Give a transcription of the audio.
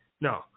no